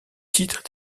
titres